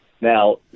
Now